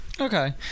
Okay